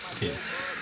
yes